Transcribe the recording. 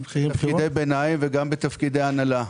בתפקידי ביניים וגם בתפקידי הנהלה.